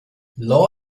law